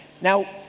Now